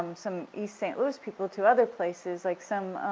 um some east st. louis people to other places, like some,